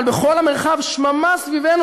אבל בכל המרחב שממה סביבנו,